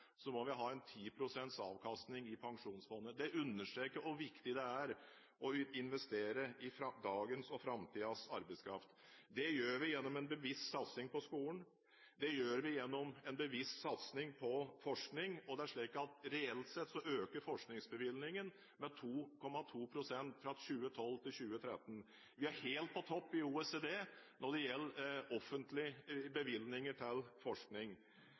må vi ha 10 pst. avkastning i pensjonsfondet. Det understreker hvor viktig det er å investere fra dagens og framtidens arbeidskraft. Det gjør vi gjennom en bevisst satsing på skolen, og det gjør vi gjennom en bevisst satsing på forskning. Reelt sett øker forskningsbevilgningen med 2,2 pst. fra 2012 til 2013. Vi er helt på topp i OECD når det gjelder offentlige bevilgninger til forskning